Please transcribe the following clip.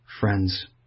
Friends